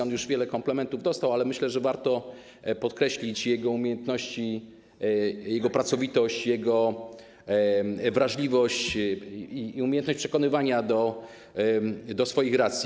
On już wiele komplementów dostał, ale myślę, że warto podkreślić jego umiejętności, jego pracowitość, jego wrażliwość i umiejętność przekonywania do swoich racji.